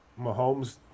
Mahomes